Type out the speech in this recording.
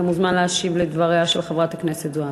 אתה מוזמן להשיב על דבריה של חברת הכנסת זועבי.